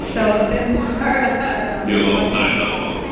so a bit more of a yeah little side hustle.